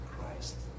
Christ